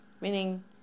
Meaning